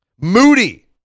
Moody